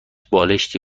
بالشتی